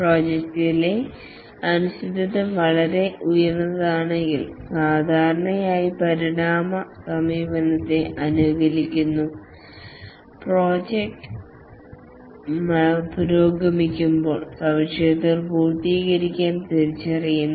പ്രോജക്റ്റിലെ അനിശ്ചിതത്വം വളരെ ഉയർന്നതാണെങ്കിൽ സാധാരണയായി പരിണാമ സമീപനത്തെ അനുകൂലിക്കുന്നു പ്രോജക്റ്റ് പുരോഗമിക്കുമ്പോൾ സവിശേഷതകൾ പൂർത്തീകരിക്കാൻ തിരിച്ചറിയുന്നു